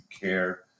care